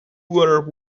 were